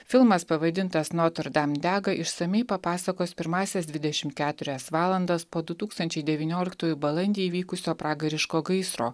filmas pavadintas notr dam dega išsamiai papasakos pirmąsias dvidešimt keturias valandas po du tūkstančiai devynioliktųjų balandį įvykusio pragariško gaisro